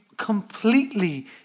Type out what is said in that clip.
completely